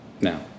Now